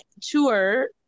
tour